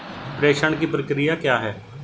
प्रेषण की प्रक्रिया क्या है?